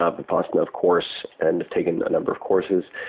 ah vipassana of course, and have taken a number of courses.